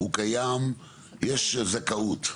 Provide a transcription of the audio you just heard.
המנגנון קיים, יש זכאות,